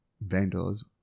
vendors